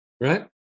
right